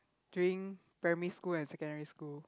during primary school and secondary school